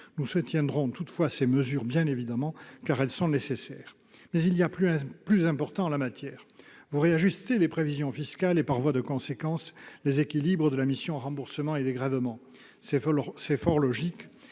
nous soutiendrons bien évidemment ces mesures, car elles sont nécessaires. Mais il y a plus important en la matière : vous réajustez les prévisions fiscales et, par voie de conséquence, les équilibres de la mission « Remboursements et dégrèvements ». C'est fort logique,